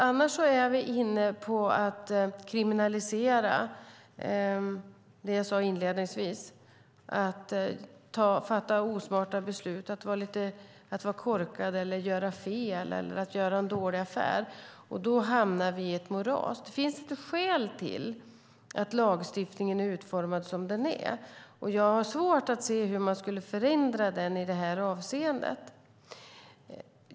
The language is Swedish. Annars är vi inne på att kriminalisera det jag sade inledningsvis, det vill säga att fatta osmarta beslut, att vara korkad, att göra fel eller att göra en dålig affär, och då hamnar vi i ett moras. Det finns ett skäl till att lagstiftningen är utformad som den är, och jag har svårt att se hur man skulle förändra den i det här avseendet.